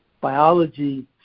biology